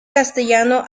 castellano